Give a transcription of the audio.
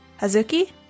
Hazuki